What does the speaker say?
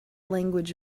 language